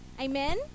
Amen